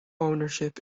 ownership